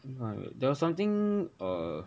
there was something uh